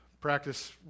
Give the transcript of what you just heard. practice